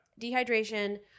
Dehydration